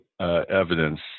evidence